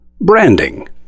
Branding